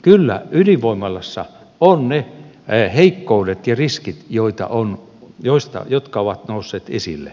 kyllä ydinvoimalassa on ne heikkoudet ja riskit jotka ovat nousseet esille